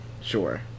Sure